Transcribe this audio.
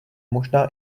možná